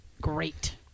Great